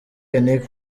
nic